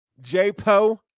J-Po